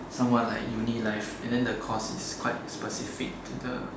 somewhat like uni life and then the course is quite specific to the